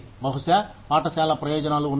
బహుశా పాఠశాల ప్రయోజనాలు ఉన్నాయి